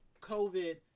COVID